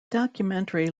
documentary